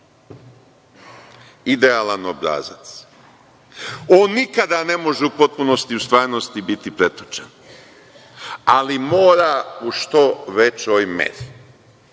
idealan obrazac. On nikada ne može u potpunosti u stvarnosti biti pretočen, ali mora u što većoj meri.